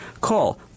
Call